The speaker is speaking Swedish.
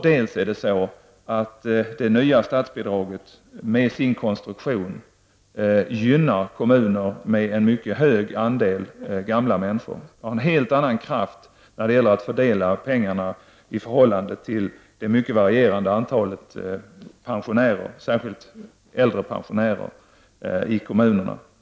Det är också så att det nya statsbidraget med sin konstruktion gynnar kommuner med en mycket hög andel gamla människor. Det har en helt annan kraft när det gäller att fördela pengarna i förhållande till det mycket varierande antalet pensionärer, särskilt äldre pensionärer, i kommunerna.